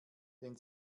den